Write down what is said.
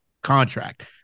contract